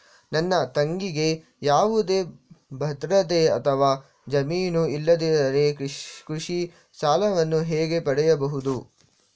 ನನ್ನ ತಂಗಿಗೆ ಯಾವುದೇ ಭದ್ರತೆ ಅಥವಾ ಜಾಮೀನು ಇಲ್ಲದಿದ್ದರೆ ಕೃಷಿ ಸಾಲವನ್ನು ಹೇಗೆ ಪಡೆಯಬಹುದು?